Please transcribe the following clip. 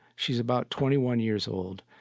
she's about twenty one years old.